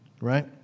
Right